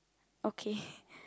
okay